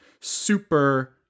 super